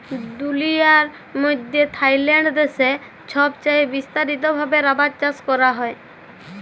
দুলিয়ার মইধ্যে থাইল্যান্ড দ্যাশে ছবচাঁয়ে বিস্তারিত ভাবে রাবার চাষ ক্যরা হ্যয়